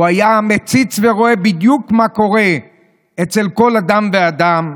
הוא היה מציץ ורואה בדיוק מה קורה אצל כל אדם ואדם,